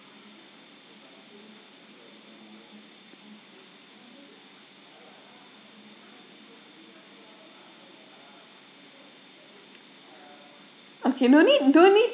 okay no need don't need